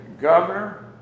Governor